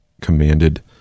commanded